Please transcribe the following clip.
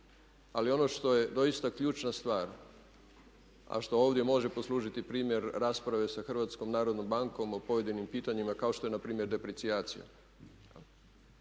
Ali ono što je doista ključna stvar, a što ovdje može poslužiti primjer rasprave sa Hrvatskom narodnom bankom o pojedinim pitanjima kao što je na primjer depricijacija,